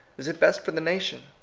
is it best for the nation?